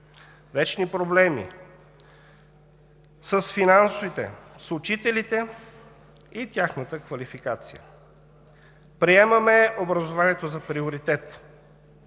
вечни проблеми с финансите, с учителите и тяхната квалификация. Приемаме образованието за приоритет.